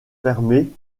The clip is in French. fermée